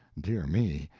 dear me,